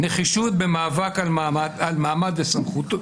נחישות במאבק על מעמד הסמכות.